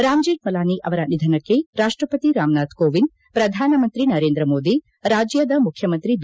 ರಾಮ್ ಜೇಕ್ಮಲಾನಿ ಅವರ ನಿಧನಕ್ಕೆ ರಾಷ್ಟಪತಿ ರಾಮನಾಥ್ ಕೋವಿಂದ್ ಪ್ರಧಾನಮಂತ್ರಿ ನರೇಂದ್ರ ಮೋದಿ ರಾಜ್ಯದ ಮುಖ್ಯಮಂತ್ರಿ ಬಿ